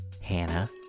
Hannah